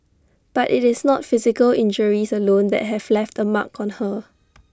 but IT is not physical injuries alone that have left A mark on her